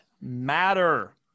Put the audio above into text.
matter